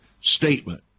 statement